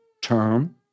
term